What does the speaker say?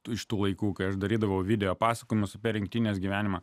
tu iš tų laikų kai aš darydavau video pasakojimus apie rinktinės gyvenimą